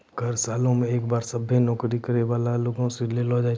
कर सालो मे एक बार सभ्भे नौकरी करै बाला लोगो से लेलो जाय छै